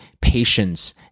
patience